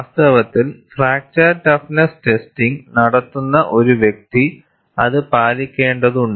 വാസ്തവത്തിൽ fracture toughness testing നടത്തുന്ന ഒരു വ്യക്തി അത് പാലിക്കേണ്ടതുണ്ട്